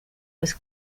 was